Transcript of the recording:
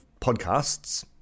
podcasts